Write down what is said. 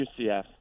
UCF